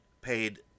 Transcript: Paid